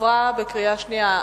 עברה בקריאה שנייה.